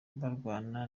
bakarwana